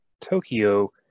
Tokyo